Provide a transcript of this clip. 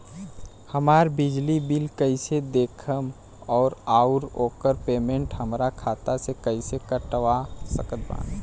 हमार बिजली बिल कईसे देखेमऔर आउर ओकर पेमेंट हमरा खाता से कईसे कटवा सकत बानी?